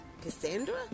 Cassandra